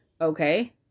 Okay